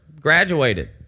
Graduated